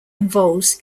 involves